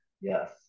Yes